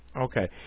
Okay